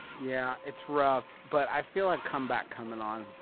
yeah, it's rough, but i feel a comeback coming on.